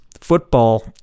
football